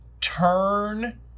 turn